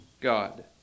God